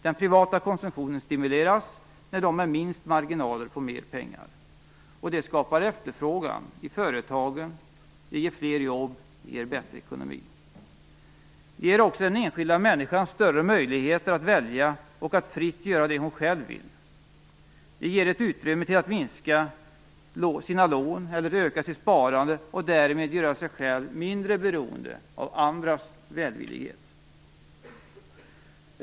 Den privata konsumtionen stimuleras när de med minst marginaler får mer pengar, och det skapar efterfrågan i företagen, ger fler jobb och ger bättre ekonomi. Det ger också den enskilda människan större möjligheter att välja och att fritt göra det hon själv vill. Det ger ett utrymme för att minska sina lån eller öka sitt sparande, och därmed göra sig mindre beroende av andras välvillighet.